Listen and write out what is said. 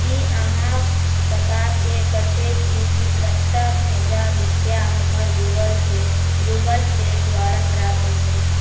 की अहाँ पताकऽ सकैत छी कि सत्तर हजार रुपया हमरा गूगल पे द्वारा प्राप्त भेलै